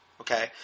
okay